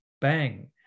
bang